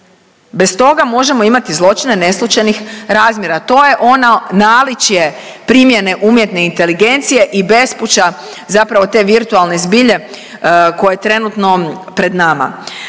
Bez toga možemo imati zločine neslućenih razmjera, to je ono naličje primjene umjetne inteligencije i bespuća zapravo te virtualne zbilje koje je trenutno pred nama.